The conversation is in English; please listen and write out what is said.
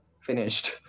finished